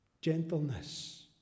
gentleness